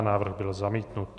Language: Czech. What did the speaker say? Návrh byl zamítnut.